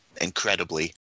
incredibly